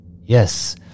Yes